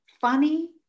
funny